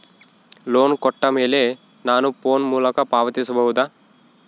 Loan ಕೊಟ್ಟ ಮೇಲೆ ನಾನು ಫೋನ್ ಮೂಲಕ ಪಾವತಿಸಬಹುದಾ?